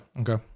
okay